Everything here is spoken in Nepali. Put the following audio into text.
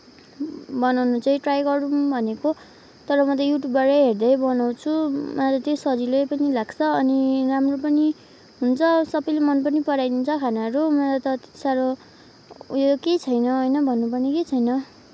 बनाउनु चाहिँ ट्राई गरौँ भनेको तर म त युट्युबबाटै हेर्दै बनाउँछु मलाई त त्यही सजिलै पनि लाग्छ अनि राम्रो पनि हुन्छ सबैले मन पनि पराइदिन्छ खानाहरू मलाई त त्यति साह्रो ऊ यो केही छैन होइन भन्नु पर्ने केही छैन